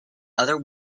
other